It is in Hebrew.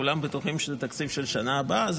כולם בטוחים שזה תקציב של השנה הבאה.